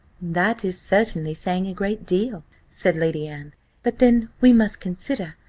that is certainly saying a great deal, said lady anne but then we must consider,